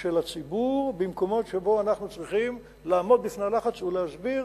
של הציבור במקומות שבהם אנחנו צריכים לעמוד בפני הלחץ ולהסביר